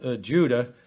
Judah